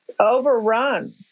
overrun